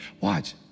Watch